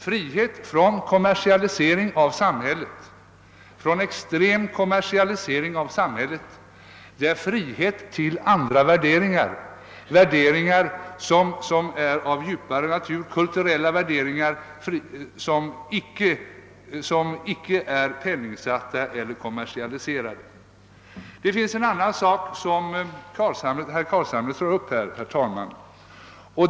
Frihet från kommersialisering av samhället, från extrem kommersialisering av samhället, är frihet till andra värderingar, värderingar, som är av djupare natur, kulturella värderingar, som aldrig är omsättningsbara i penningar eller kommersialiserade. Det finns en annan sak, herr talman, som herr Carlshamre tar upp här.